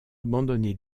abandonné